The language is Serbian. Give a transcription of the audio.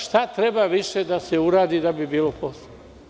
Šta treba više da se uradi da bi bilo posla?